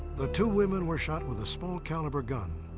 the two women were shot with a small-caliber gun.